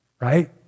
Right